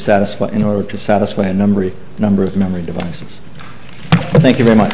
dissatisfied in order to satisfy a number a number of memory devices thank you very much